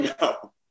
No